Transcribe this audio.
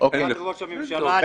את עמדת ראש הממשלה.